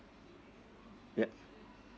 yup